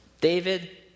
David